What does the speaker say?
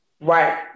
Right